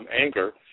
anger